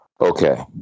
Okay